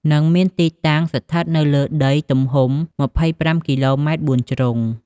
និងមានទីតាំងស្ថិតនៅលើដីទំហំ ២៥គីឡូម៉ែត្របួនជ្រុង។